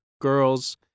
girls